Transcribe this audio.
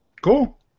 Cool